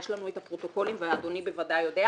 יש לנו את הפרוטוקולים ואדוני בוודאי יודע,